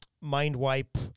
mind-wipe